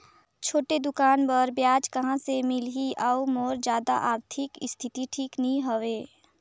छोटे दुकान बर ब्याज कहा से मिल ही और मोर जादा आरथिक स्थिति ठीक नी हवे?